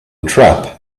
trap